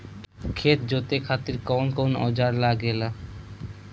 खेत जोते खातीर कउन कउन औजार लागेला?